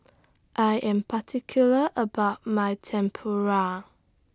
I Am particular about My Tempura